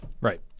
Right